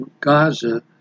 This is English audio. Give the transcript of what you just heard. Gaza